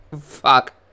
Fuck